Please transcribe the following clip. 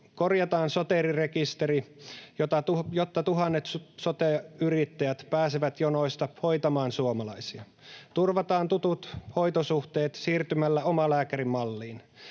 Korjataan Soteri-rekisteri, jotta tuhannet sote-yrittäjät pääsevät jonoista hoitamaan suomalaisia. Turvataan tutut hoitosuhteet siirtymällä omalääkärimalliin.